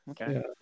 okay